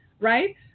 Right